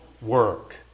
work